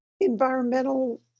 Environmental